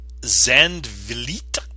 Zandvliet